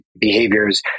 behaviors